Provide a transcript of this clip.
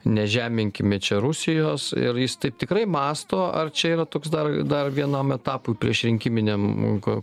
nežeminkime čia rusijos ir jis taip tikrai mąsto ar čia yra toks dar dar vienam etapui priešrinkiminiam ko